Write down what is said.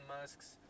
Musk's